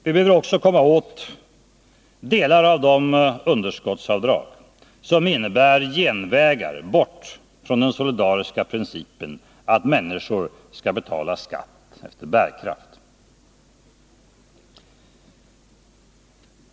Vi behöver också komma åt delar av de underskottsavdrag som innebär genvägar bort från den solidariska principen att människor skall betala skatt efter bärkraft.